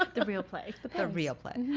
ah the real play. the real play.